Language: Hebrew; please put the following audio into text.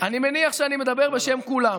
אני מניח שאני מדבר בשם כולם.